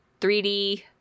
3D